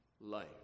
life